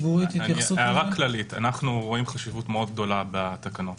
הערה כללית - אנחנו רואים חשיבות מאוד גדולה בתקנות.